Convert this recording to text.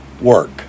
work